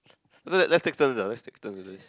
let let's take turns ah let's take turns with this